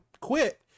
quit